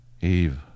Eve